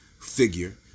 figure